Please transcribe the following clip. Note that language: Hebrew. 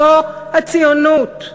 זו הציונות.